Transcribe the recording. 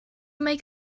make